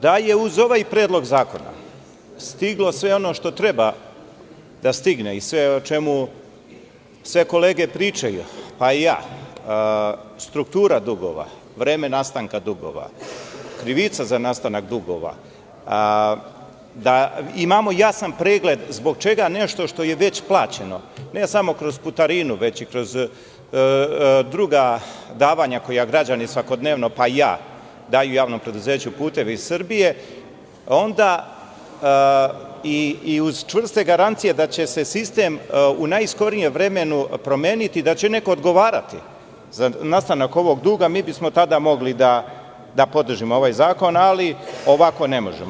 Da je uz ovaj predlog zakona stiglo sve ono što treba da stigne i sve o čemu sve kolege pričaju, pa i ja, struktura dugova, vreme nastanka dugova, krivica za nastanak dugova, da imamo jasan pregled zbog čega nešto što je već plaćeno, ne samo kroz putarinu, već i kroz druga davanja koja građani svakodnevno, pa i ja, daju javnom preduzeću "Puteva Srbije", onda i uz čvrste garancije da će se sistem u najskorijem vremenu promeniti, da će neko odgovarati za nastanak ovog duga, mi bismo tada mogli da podržimo ovaj zakon, ali ovako ne možemo.